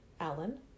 Alan